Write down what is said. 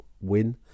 win